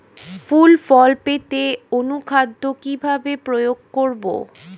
ফুল ফল পেতে অনুখাদ্য কিভাবে প্রয়োগ করব?